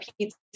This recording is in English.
pizza